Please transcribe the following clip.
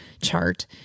chart